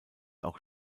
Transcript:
auch